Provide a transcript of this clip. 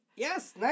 Yes